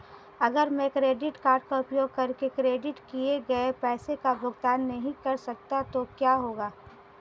अगर मैं credit card का उपयोग करके क्रेडिट किए गए पैसे का भुगतान नहीं कर सकता तो क्या होगा?